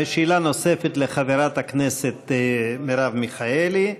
שאלה נוספת לחברת הכנסת מרב מיכאלי,